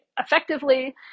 effectively